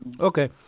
Okay